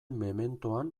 mementoan